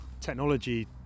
technology